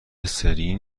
سرین